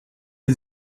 des